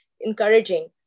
encouraging